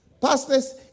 Pastors